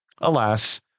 Alas